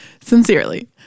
sincerely